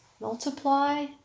multiply